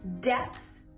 depth